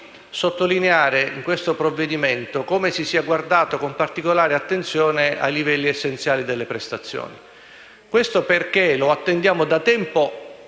sottolineare in questo provvedimento come si sia guardato con particolare attenzione ai Livelli essenziali delle prestazioni. Questo perché lo attendiamo da tempo